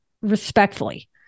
respectfully